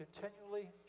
continually